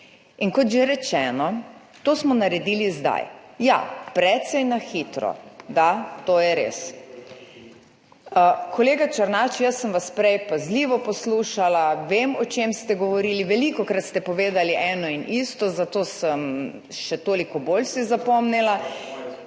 Kot že rečeno, to smo naredili zdaj, ja, precej na hitro. Da, to je res. Kolega Černač, jaz sem vas prej pazljivo poslušala, vem o čem ste govorili. Velikokrat ste povedali eno in isto, zato sem še si toliko bolj zapomnila.